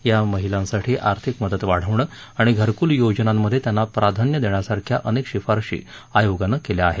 या महिलांसाठी आर्थिक मदत वाढवणं आणि घरकुल योजनांमध्ये त्यांना प्राधान्य देण्यासारख्या अनेक शिफारसी आयोगानं केल्या आहेत